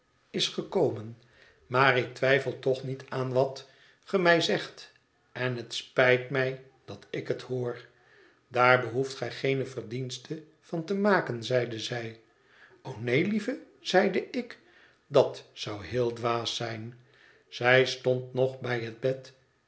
is gekomen maar ik twijfel toch niet aan wat ge mij zegt en het spijt mij dat ik het hoor daar behoeft gij geene verdienste van te maken zeide zij o neen lieve zeide ik dat zou heel dwaas zijn zij stond nog bij het bed